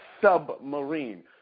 submarine